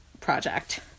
project